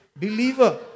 Believer